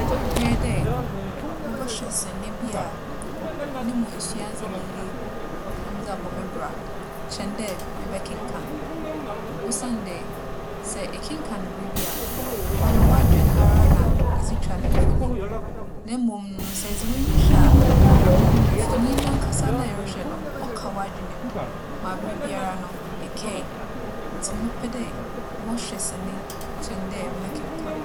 Mͻhwehwɛ dɛ mobͻhwɛ sene bi a no mu esuadze no ye na medze abͻ me bra kyɛn dɛ mebɛkenkan. Osiandɛ, sɛ ekenkan biribi a, ͻno w'adwen ara na edze twa no mfonyin. Na mbom no sɛ edze w'enyi hwɛ a, mfonyin narankasa no a erohwɛ no, ͻka w'adwen mu ma aberbiara no, ekaa. Ntsi mɛpɛ dɛ mͻhwɛ sene kyɛn dɛ mɛkenkan.